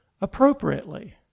Appropriately